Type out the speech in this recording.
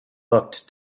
looked